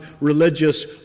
religious